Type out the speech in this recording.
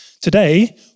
today